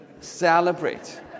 celebrate